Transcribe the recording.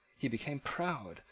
he became proud,